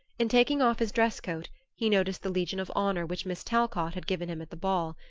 in taking off his dress-coat he noticed the legion of honor which miss talcott had given him at the ball.